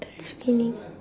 that's winning